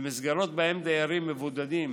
במסגרות שבהן דיירים מבודדים